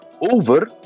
over